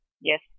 Yes